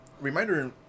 reminder